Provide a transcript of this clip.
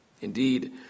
Indeed